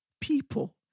people